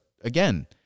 again